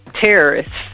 terrorists